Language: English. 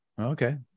Okay